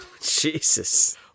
Jesus